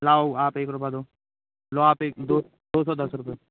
लाओ आप एक रुपए दो लो आप एक दो दो सौ दस रूपए